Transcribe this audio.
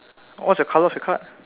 what's the color of your card